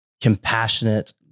compassionate